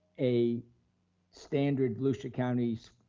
a standard volusia county's